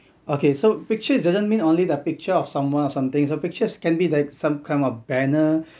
okay so pictures doesn't mean only the picture of someone or some things the pictures can be like some kind of banner